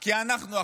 כי אנחנו החזקים.